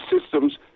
systems